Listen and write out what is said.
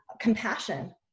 compassion